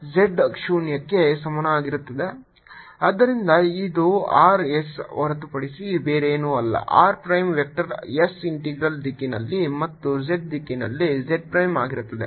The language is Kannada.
ಆದ್ದರಿಂದ ಇದು r s ಹೊರತು ಬೇರೇನೂ ಅಲ್ಲ r prime vector s integral ದಿಕ್ಕಿನಲ್ಲಿ ಮತ್ತು z ದಿಕ್ಕಿನಲ್ಲಿ z ಪ್ರೈಮ್ ಆಗಿರುತ್ತದೆ